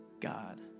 God